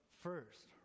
first